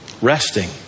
resting